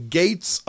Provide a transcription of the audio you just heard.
gates